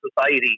society